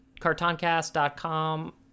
cartoncast.com